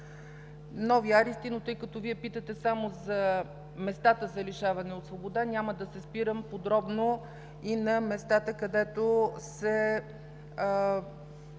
Нови арести, но тъй като Вие питате само за местата за лишаване от свобода, няма да се спирам подробно и на местата, където се